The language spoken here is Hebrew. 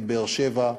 באר-שבע,